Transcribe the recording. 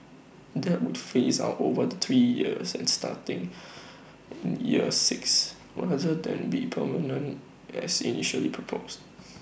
that would phase out over three years and starting in year six rather than be permanent as initially proposed